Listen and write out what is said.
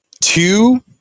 two